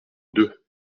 deux